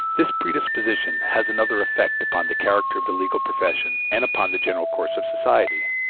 this predisposition has another effect upon the character of the legal profession and upon the general course of society.